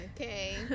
Okay